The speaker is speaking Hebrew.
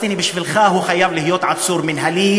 בשבילך כל פלסטיני חייב להיות עצור מינהלי,